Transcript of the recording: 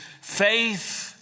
faith